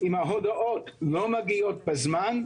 אם ההודעות לא מגיעות בזמן,